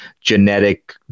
genetic